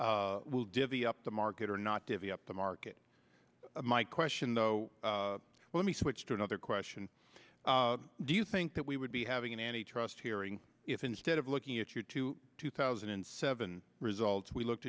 will divvy up the market or not divvy up the market my question though let me switch to another question do you think that we would be having an antitrust hearing if instead of looking at your two two thousand and seven results we looked